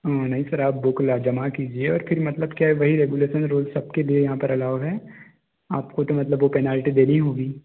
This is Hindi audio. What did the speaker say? नहीं सर आप बुक ला जमा कीजिए फिर क्या है मतलब वही रेगुलेशन रुल्स सबके लिए यहाँ पर अलाऊ हैं आपको तो मतलब वो पेनल्टी देनी ही होगी